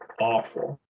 awful